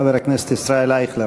חבר הכנסת ישראל אייכלר.